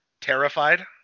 Terrified